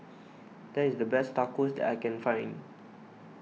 this is the best Tacos that I can find